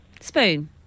Spoon